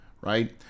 right